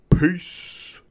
Peace